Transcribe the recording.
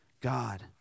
God